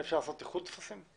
אי אפשר לעשות איחוד טפסים?